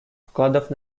вкладов